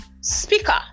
speaker